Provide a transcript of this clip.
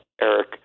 Eric